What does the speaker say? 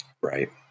Right